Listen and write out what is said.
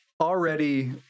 already